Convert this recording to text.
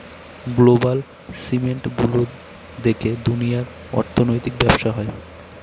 global system গুলো দেখে দুনিয়ার অর্থনৈতিক ব্যবসা হয়